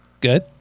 Good